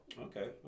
Okay